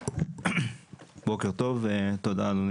בוקר טוב ותודה, אדוני